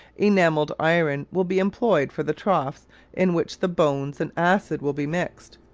enamelled iron will be employed for the troughs in which the bones and acid will be mixed,